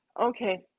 Okay